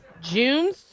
June